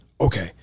okay